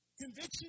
Conviction